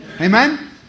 Amen